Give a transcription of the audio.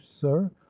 sir